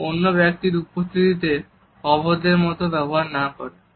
এবং অন্য ব্যক্তির উপস্থিতিতে অভদ্রের মতন ব্যবহার না করে